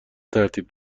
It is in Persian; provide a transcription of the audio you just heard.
ترتیب